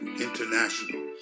International